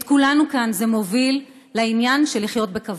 את כולנו כאן זה מוביל לעניין של לחיות בכבוד.